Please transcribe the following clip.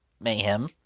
mayhem